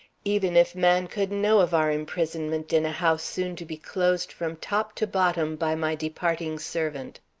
even if man could know of our imprisonment, in a house soon to be closed from top to bottom by my departing servant.